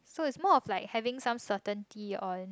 so is more of like having some certainty on